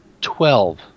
twelve